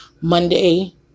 Monday